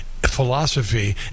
philosophy